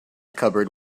cupboard